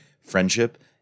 friendship